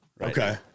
Okay